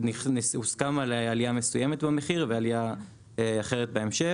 הוסכם על עלייה מסוימת במחיר ועל עלייה אחרת בהמשך.